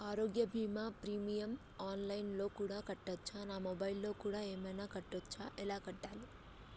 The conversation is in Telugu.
ఆరోగ్య బీమా ప్రీమియం ఆన్ లైన్ లో కూడా కట్టచ్చా? నా మొబైల్లో కూడా ఏమైనా కట్టొచ్చా? ఎలా కట్టాలి?